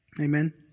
Amen